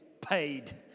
paid